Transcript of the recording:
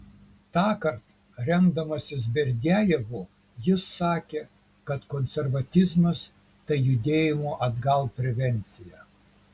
tąkart remdamasis berdiajevu jis sakė kad konservatizmas tai judėjimo atgal prevencija